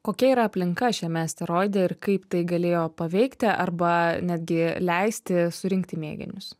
kokia yra aplinka šiame asteroide ir kaip tai galėjo paveikti arba netgi leisti surinkti mėginius